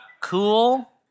cool